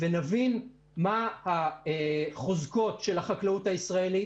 ונבין מהן החוזקות של החקלאות הישראלית,